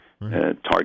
target